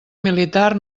militar